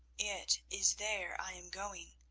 it is there i am going.